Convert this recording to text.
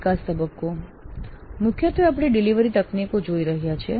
વિકાસ તબક્કો મુખ્યત્વે આપણે ડિલિવરી તકનીકો જોઈ રહ્યા છીએ